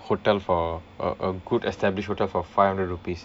hotel for a a good established hotel for five hundred rupees